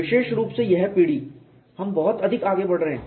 विशेष रूप से यह पीढ़ी हम बहुत अधिक आगे बढ़ रहे हैं